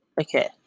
Okay